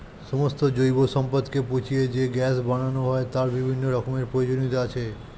সমস্ত জৈব সম্পদকে পচিয়ে যে গ্যাস বানানো হয় তার বিভিন্ন রকমের প্রয়োজনীয়তা আছে